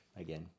again